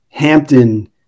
Hampton